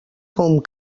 com